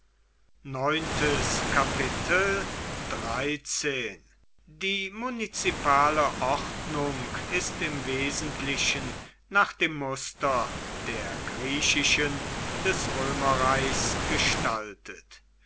die munizipale ordnung ist im wesentlichen nach dem muster der griechischen des römerreichs gestaltet